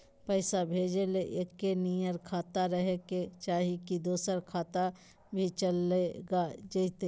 पैसा भेजे ले एके नियर खाता रहे के चाही की दोसर खाता में भी चलेगा जयते?